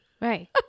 right